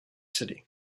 city